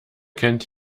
kennt